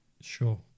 sure